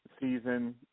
season